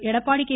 Edappadi K